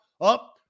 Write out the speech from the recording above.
up